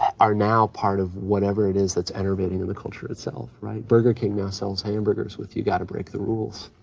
are now part of whatever it is that's enervating in the culture itself, right? burger king now sells hamburgers with you gotta break the rules,